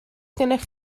gennych